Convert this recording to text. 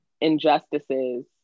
injustices